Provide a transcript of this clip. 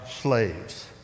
slaves